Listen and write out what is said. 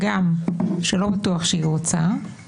הגם שלא בטוח שהיא רוצה